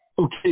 okay